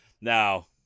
Now